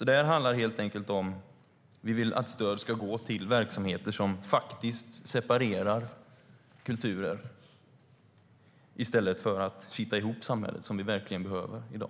Det här handlar helt enkelt om ifall vi vill att stöd ska gå till verksamheter som faktiskt separerar kulturer i stället för att kitta ihop samhället, vilket vi behöver i dag.